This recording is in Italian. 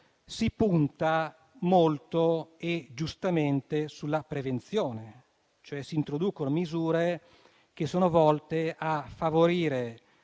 si punta molto e giustamente sulla prevenzione. Si introducono misure che sono volte a favorire